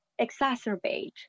exacerbate